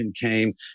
came